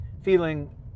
feeling